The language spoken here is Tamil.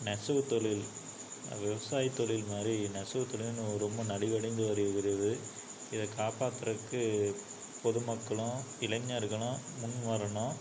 நெசவு தொழில் விவசாய தொழில் மாதிரி நெசவு தொழிலும் ரொம்ப நலிவடைந்து வருகிறது இதை காப்பாத்துறதுக்கு பொதுமக்களும் இளைஞர்களும் முன் வரணும்